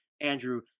Andrew